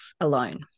alone